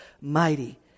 mighty